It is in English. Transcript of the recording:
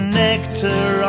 nectar